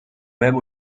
même